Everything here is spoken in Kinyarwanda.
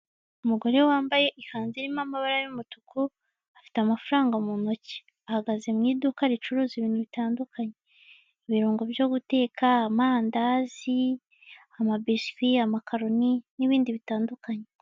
Umugore wambaye ikanzu irimo amabara y'umutuku afite amafaranga mu ntoki, ahagaze mu iduka ricuruza ibintu bitandukanye ibirungo byo guteka, amandazi amabiswi, amakaroni n'ibindi bitandukanye.